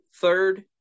third